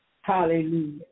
Hallelujah